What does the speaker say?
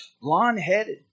blonde-headed